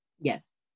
Yes